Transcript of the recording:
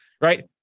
right